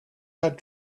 had